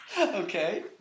Okay